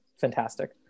Fantastic